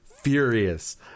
furious